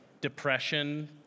depression